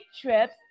trips